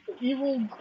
Evil